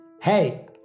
Hey